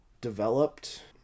developed